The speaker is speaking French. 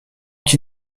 qui